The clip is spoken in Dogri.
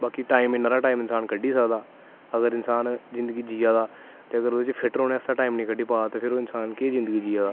बाकी टाईम इन्ना हारा टाईम बंदा कड्डी गै सकदा अगर इसान जिन्दगी जिया दा ते अगर फिट्ट रौह्नै आस्तै टाईम नी कड्डी पा ते ओह् इंसान केह् जिन्दगी जिया दा